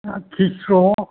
आरो खिस्स'